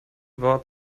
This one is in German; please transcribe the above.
wort